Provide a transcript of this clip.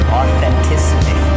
authenticity